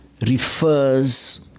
refers